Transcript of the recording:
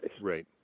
Right